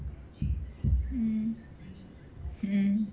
mm mm